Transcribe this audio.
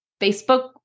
Facebook